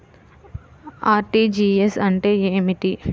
RTGS అంటే ఏమిటి?